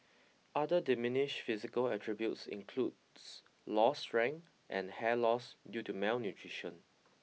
other diminished physical attributes includes lost strength and hair loss due to malnutrition